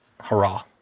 hurrah